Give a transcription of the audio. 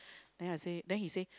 then I say then he say